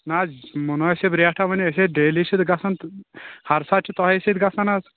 نہٕ حظ مُنٲسِب ریٹاہ ؤنِو ٲس ہے ڈیلی چھِ گژھان ہر ساتہٕ چھِ تۅہِی سٍتۍ گژھان حظ